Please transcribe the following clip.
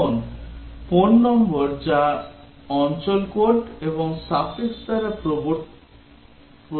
এখন phone number যা অঞ্চল কোড এবং suffix দ্বারা প্রদত্ত তার কি হবে